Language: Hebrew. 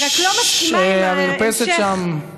ששש, המרפסת שם.